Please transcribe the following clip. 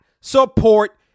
support